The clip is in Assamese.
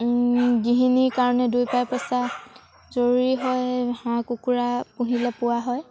গৃহিণীৰ কাৰণে দুই পাই পইচা জৰুৰী হয় হাঁহ কুকুৰা পুহিলে পোৱা হয়